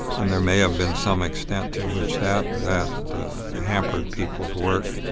and there may have been some extent to which that that hampered people's work.